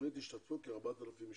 בתוכנית השתתפו כ-4,000 משתתפים.